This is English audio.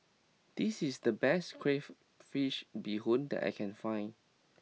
this is the best Crayfish Beehoon that I can find